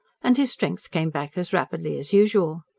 and his strength came back as rapidly as usual.